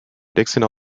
dixon